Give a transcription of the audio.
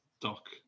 Doc